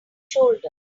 shoulder